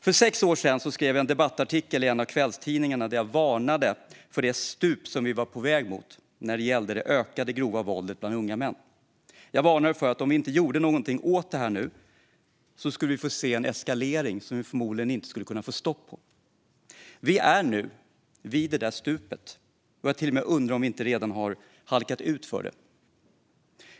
För sex år sedan skrev jag en debattartikel i en av kvällstidningarna där jag varnade för det stup vi var på väg mot när det gällde det ökade grova våldet bland unga män. Jag varnade för att om vi inte gjorde något åt det skulle vi få se en eskalering som vi förmodligen inte skulle kunna få stopp på. Vi är nu vid det stupet. Jag undrar till och med om vi inte redan har halkat utför det.